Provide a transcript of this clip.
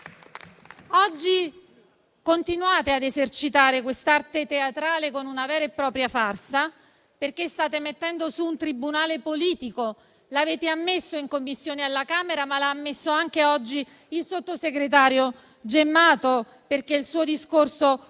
Oggi continuate ad esercitare questa arte teatrale con una vera e propria farsa, perché state mettendo su un tribunale politico. L'avete ammesso in Commissione alla Camera, ma l'ha ammesso oggi anche il sottosegretario Gemmato, che nel suo discorso